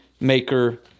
maker